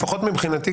לפחות, מבחינתי,